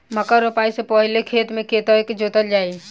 मक्का रोपाइ सँ पहिने खेत केँ कतेक जोतल जाए?